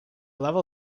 level